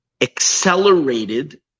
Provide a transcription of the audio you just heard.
accelerated